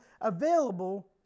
available